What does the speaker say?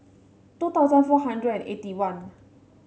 two thousand four hundred and eighty one